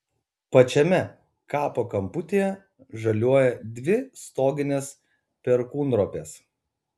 pačiame kapo kamputyje žaliuoja dvi stoginės perkūnropės